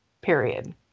Period